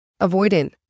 Avoidant